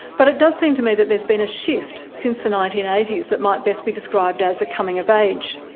but it does seem to me that there's been a shift since the nineteen eighty s that might best be described as a coming of age.